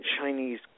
Chinese